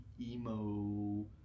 emo